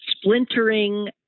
splintering